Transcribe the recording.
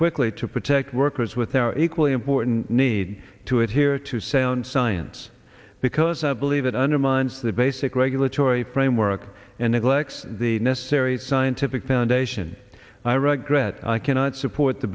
quickly to protect workers with their equally important need to adhere to sound science because i believe it undermines the basic regulatory framework and it lacks the necessary scientific foundation and i regret i cannot support the